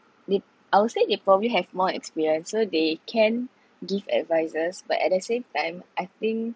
they I would say they probably have more experience so they can give advices but at the same time I think